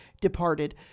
departed